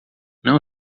não